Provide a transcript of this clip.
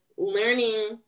learning